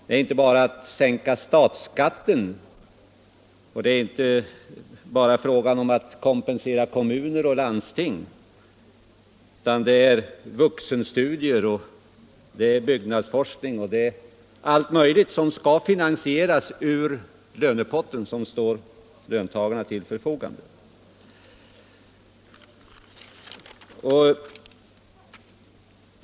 Det är inte bara fråga om att sänka statsskatten och att kompensera kommuner och landsting, utan det är vuxenstudier, byggnadsforskning och allt möjligt som skall finansieras ur lönepotten som står löntagarna till förfogande.